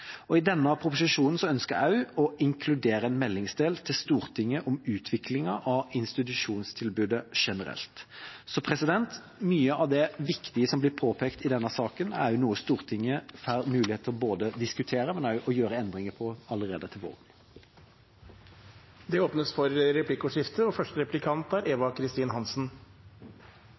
I denne proposisjonen ønsker jeg også å inkludere en meldingsdel til Stortinget om utviklingen av institusjonstilbudet generelt. Så mye av det viktige som blir påpekt i denne saken, er noe Stortinget får mulighet til både å diskutere og gjøre endringer på allerede til våren. Det blir replikkordskifte.